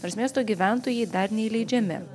nors miesto gyventojai dar neįleidžiami